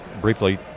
Briefly